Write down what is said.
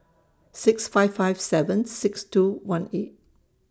six five five seven six two one eight